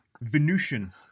Venusian